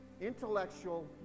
intellectual